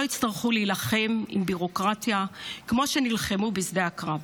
יצטרכו להילחם בביורוקרטיה כמו שנלחמו בשדה הקרב.